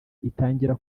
itangira